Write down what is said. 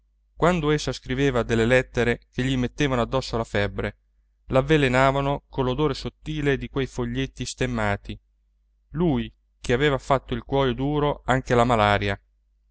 quando essa scriveva delle lettere che gli mettevano addosso la febbre l'avvelenavano coll'odore sottile di quei foglietti stemmati lui che aveva fatto il cuoio duro anche alla malaria